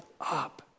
up